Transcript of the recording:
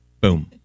boom